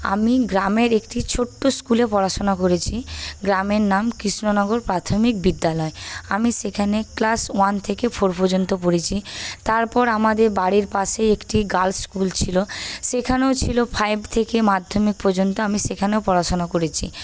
আমি গ্রামের একটি ছোট্ট স্কুলে পড়াশুনা করেছি গ্রামের নাম কৃষ্ণনগর প্রাথমিক বিদ্যালয় আমি সেখানে ক্লাস ওয়ান থেকে ফোর পর্যন্ত পড়েছি তারপর আমাদের বাড়ির পাশে একটি গার্লস স্কুল ছিল সেখানেও ছিল ফাইভ থেকে মাধ্যমিক পর্যন্ত আমি সেখানেও পড়াশুনা করেছি